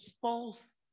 false